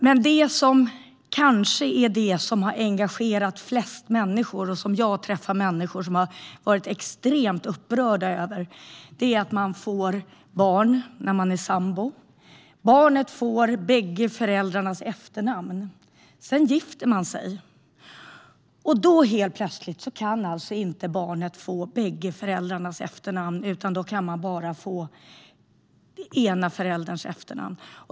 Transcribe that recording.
Men det som kanske har engagerat flest människor är att barn till sambor får båda föräldrarnas efternamn. Men barn till föräldrar som gifter sig kan inte få båda föräldrarnas efternamn utan bara den ena förälderns efternamn.